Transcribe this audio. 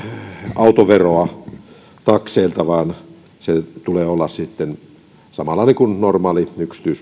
autoveroa takseilta vaan tämän ajoneuvoveron osuuden tulee olla samanlainen kuin normaalissa